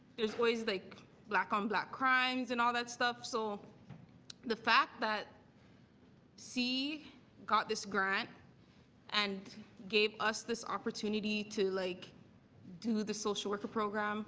there's always like black on black crimes and all that stuff. so the fact that c got this grant and give us this opportunity to like do the social worker program